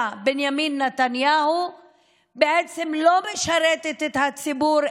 בנימין נתניהו בעצם לא משרתת את הציבור,